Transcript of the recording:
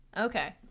Okay